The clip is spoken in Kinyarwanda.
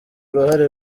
uruhare